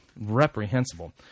reprehensible